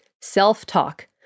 self-talk